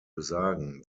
besagen